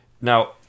Now